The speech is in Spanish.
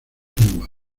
tumba